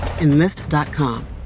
Enlist.com